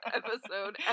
episode